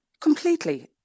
Completely